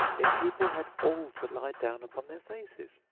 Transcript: if people had all to lie down upon their faces,